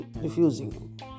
refusing